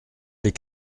les